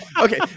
Okay